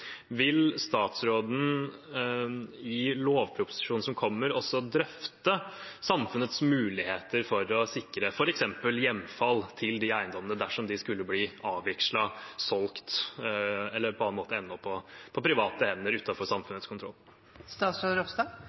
Vil statsråden i lovproposisjonen som kommer, også drøfte samfunnets muligheter for å sikre f.eks. hjemfall til de eiendommene dersom de skulle bli avvigslet, solgt eller på annen måte ende på private hender, utenfor samfunnets